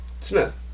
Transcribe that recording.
Smith